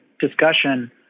discussion